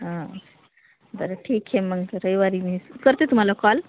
हा बरं ठीक आहे मग रविवारी मी करते तुम्हाला कॉल